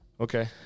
Okay